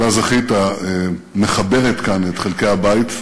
שלה זכית, מחברת כאן את חלקי הבית.